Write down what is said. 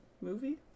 movie